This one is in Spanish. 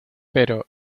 pero